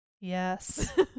Yes